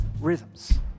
rhythms